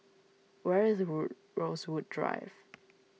where is Rosewood Drive